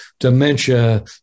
dementia